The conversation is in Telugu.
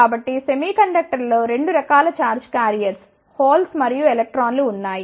కాబట్టి సెమీకండక్టర్లలో 2 రకాల చార్జ్ క్యారియర్స్ హోల్స్ మరియు ఎలక్ట్రాన్లు ఉన్నాయి